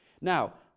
Now